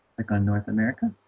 like on north america